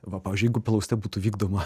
va pavyzdžiui jei plauste būtų vykdoma